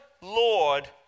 Lord